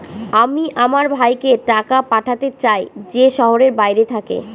আমি আমার ভাইকে টাকা পাঠাতে চাই যে শহরের বাইরে থাকে